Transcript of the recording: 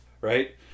Right